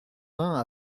vingt